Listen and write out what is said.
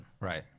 Right